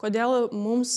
kodėl mums